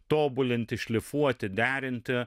tobulinti šlifuoti derinti